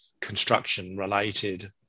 construction-related